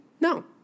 No